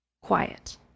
quiet